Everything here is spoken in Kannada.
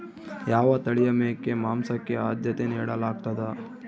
ಯಾವ ತಳಿಯ ಮೇಕೆ ಮಾಂಸಕ್ಕೆ, ಆದ್ಯತೆ ನೇಡಲಾಗ್ತದ?